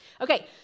Okay